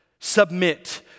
submit